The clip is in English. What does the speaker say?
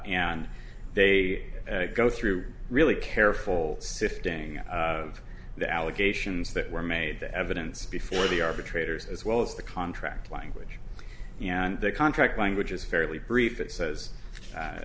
and they go through really careful sifting the allegations that were made the evidence before the arbitrators as well as the contract language and the contract language is fairly brief it says